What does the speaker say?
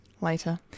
later